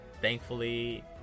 Thankfully